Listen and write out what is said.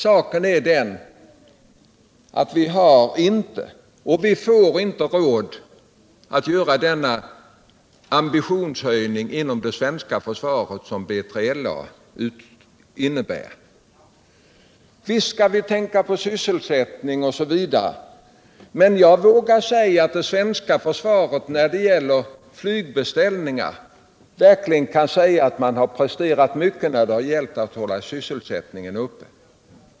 Saken är den att vi inte har råd med och inte kommer att få råd med den ambitionshöjning inom det svenska försvaret som B3LA innebär. | Visst skall vi tänka på sysselsättningen, men jag vågar säga att det svenska försvaret när det gäller flygmaterielbeställningar verkligen har presterat mycket för att hålla sysselsättningen uppe.